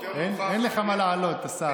לא, אין לך מה לעלות, השר.